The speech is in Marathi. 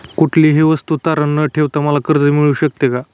कुठलीही वस्तू तारण न ठेवता मला कर्ज मिळू शकते का?